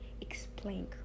explain